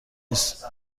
نیست